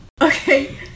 Okay